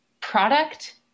product